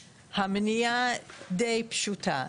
המניעה דיי פשוטה,